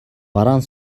бараан